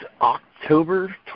October